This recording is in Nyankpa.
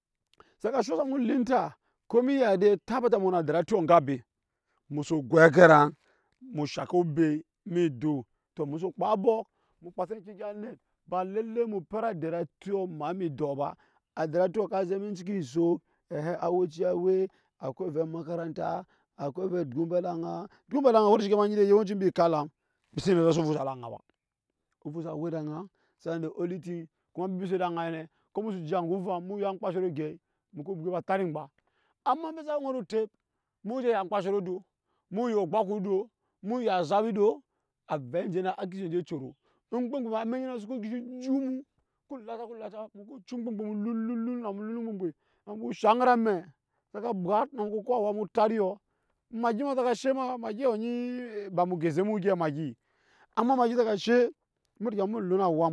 Sa ka sho sa mu oluta komin ya ya dai tabata emu we na adari akyɔ enga abem ewu soo gwai aga elaŋ emushaŋke obe eme edou to emuso ko kpa abok mu kpase eŋke gya anet ba lalai mu pɛt adari akyɔ emu maa eme edoɔ ba adari a kyɔ kg ze eme cikin ensock, a weci a wee akwai ovɛ ea makaranta akwai ovɛ egya oŋmbai ede aŋa egya onmbai ede ana ema nyi vɛendeke dai yawan ci ambi akap elam mbi se ne rasa ovuza ede ana ba, ovuza o we ede ana then the only thing kama embi se we ede anai ne ko mu ku jiya eme ovam emu ya ankpa shoro shoro gyɛ mku bwai ba tat ngba ama ambe sa we anat otɛp emu je ya anmkpa shoro doo. mu yo ogbaku doo mu ya azap doo.